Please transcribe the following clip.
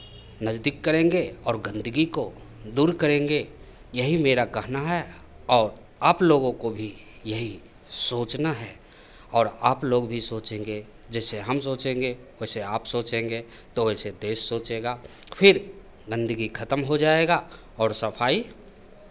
नज़दीक करेंगे और गंदगी को दूर करेंगे यही मेरा कहना है और आप लोगों को भी यही सोचना है और आप लोग भी सोचेंगे जैसे हम सोचेंगे वैसे आप सोचेंगे तो वैसे देश सोचेगा फिर गंदगी खतम हो जाएगा और सफाई